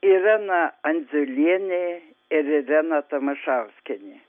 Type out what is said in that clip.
irena anzelienė ir irena tamašauskienė